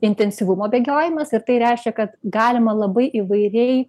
intensyvumo bėgiojimas ir tai reiškia kad galima labai įvairiai